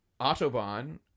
Autobahn